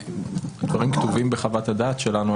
הדברים כתובים בחוות הדעת שלנו.